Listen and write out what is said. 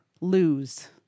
lose